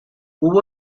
hubo